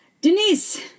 Denise